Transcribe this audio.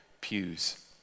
pews